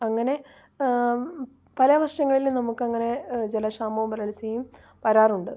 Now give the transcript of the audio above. അങ്ങനെ പല വർഷങ്ങളിലും നമുക്ക് അങ്ങനെ ജലക്ഷാമവും വരൾച്ചയും വരാറുണ്ട്